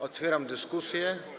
Otwieram dyskusję.